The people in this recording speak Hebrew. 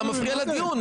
אתה מפריע לדיון.